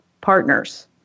partners